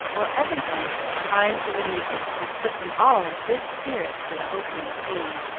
while every one kept time to the music which put them all in good spirits for the opening scene.